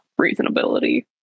reasonability